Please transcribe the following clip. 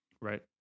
right